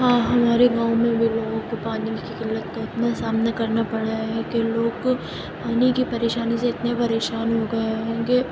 ہاں ہمارے گاؤں میں بھی لوگوں کو پانی کی قلت کا اتنا سامنا کرنا پڑ رہا ہے کہ لوگ پانی کی پریشانی سے اتنے پریشان ہو گیے ہیں کہ